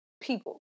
people